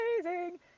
amazing